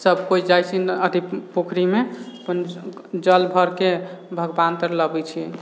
सब किओ जाइ छै अथी पोखरिमे अपन जल भरिकऽ भगवानतर लबै छै